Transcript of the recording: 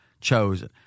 chosen